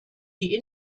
die